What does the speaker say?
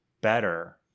better